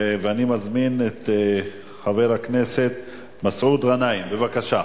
ואני מזמין את חבר הכנסת מסעוד גנאים, בבקשה.